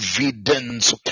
evidence